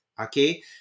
okay